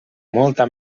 molta